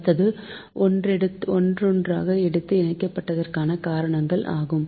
அடுத்தது ஒன்றோடொன்று இணைப்பதற்கான காரணங்கள் ஆகும்